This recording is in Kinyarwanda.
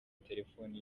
telefoni